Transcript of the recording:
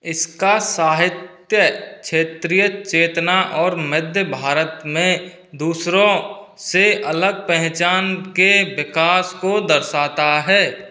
इसका साहित्य क्षेत्रीय चेतना और मध्य भारत में दूसरों से अलग पहचान के विकास को दर्शाता है